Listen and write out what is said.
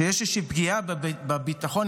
שיש איזושהי פגיעה בביטחון,